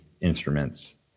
instruments